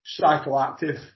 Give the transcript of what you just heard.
psychoactive